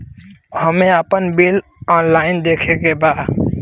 हमे आपन bill online देखे के बा?